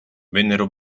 vennero